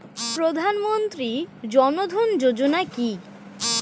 প্রধানমন্ত্রী জনধন যোজনা কি?